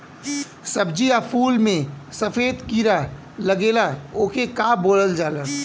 सब्ज़ी या फुल में सफेद कीड़ा लगेला ओके का बोलल जाला?